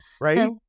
right